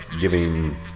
giving